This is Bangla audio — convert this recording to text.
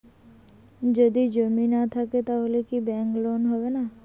যদি জমি না থাকে তাহলে কি ব্যাংক লোন হবে না?